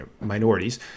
minorities